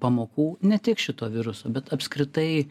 pamokų ne tik šito viruso bet apskritai